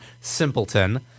Simpleton